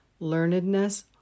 learnedness